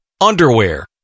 Underwear